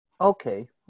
Okay